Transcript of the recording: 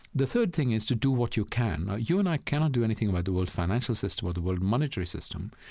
the third thing is to do what you can. now, you and i cannot do anything about the world financial system or the world monetary system,